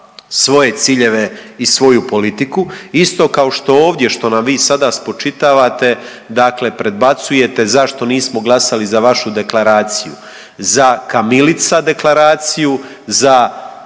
svoje ciljeve i svoju politiku, isto kao što ovdje što nam vi sada spočitavate dakle predbacujete zašto nismo glasali za vašu deklaraciju, za kamilica deklaraciju, za nekakve